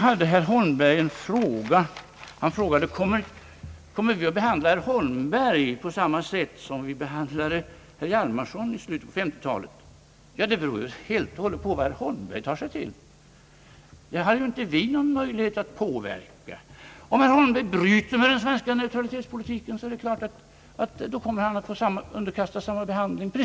Herr Holmberg frågade, om vi kommer att behandla honom på samma sätt som vi behandlade herr Hjalmarson i slutet på 1950-talet. Det beror helt och hållet på vad herr Holmberg tar sig till, och det har ju inte vi någon möjlighet att påverka. Om herr Holmberg bryter med den svenska neutralitetspolitiken, kommer han att underkastas precis samma behandling.